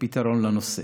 פתרון לנושא.